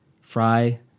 Fry